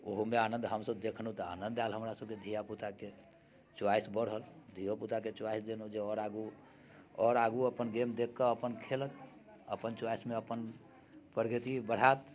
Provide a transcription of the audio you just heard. ओहोमे हम सभ देखलहुँ तऽ आनन्द आयल हमरासभके धियापुताके च्वाइस बढ़ल धियोपुताके च्वाइस देलहुँ जे आओर आगू आओर आगू अपन गेम देखि कऽ अपन खेलय अपन च्वाइसमे अपन प्रगति बढ़त